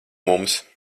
mums